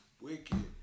wicked